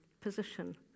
position